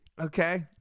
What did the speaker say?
Okay